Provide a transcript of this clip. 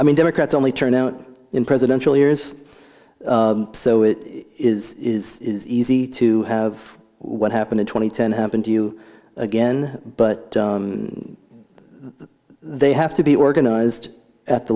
i mean democrats only turn out in presidential years so it is is easy to have what happened in twenty ten happen to you again but they have to be organized at the